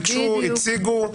ביקשו,